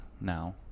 now